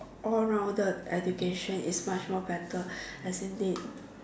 all rounded education is much more better as in they